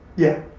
yeah.